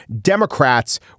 Democrats